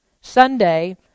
Sunday